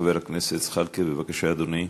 חבר הכנסת זחאלקה, בבקשה, אדוני.